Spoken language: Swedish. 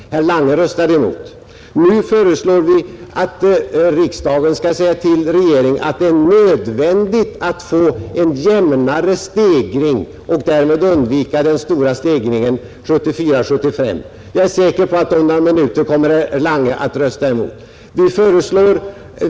Herr Lange röstade emot. Nu föreslår vi att riksdagen skall säga till regeringen att det är nödvändigt att få en jämnare stegring och därmed undvika den stora stegringen budgetåret 1974/75, och jag är säker på att herr Lange om några minuter kommer att rösta emot det förslaget.